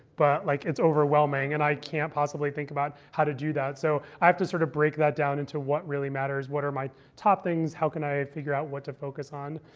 but like it's overwhelming. and i can't possibly think about how to do that. so i have to sort of break that down into what really matters. what are my top things? how can i figure out what to focus on?